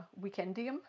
Weekendium